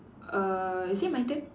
uh is it my turn